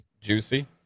juicy